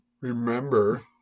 remember